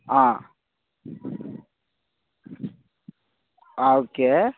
okay